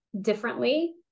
differently